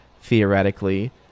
theoretically